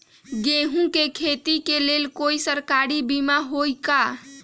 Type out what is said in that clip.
गेंहू के खेती के लेल कोइ सरकारी बीमा होईअ का?